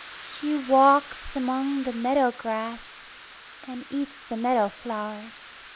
she walks among the meadow grass and eats the meadow flowers.